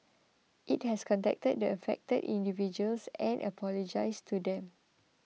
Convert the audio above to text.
it has contacted the affected individuals and apologised to them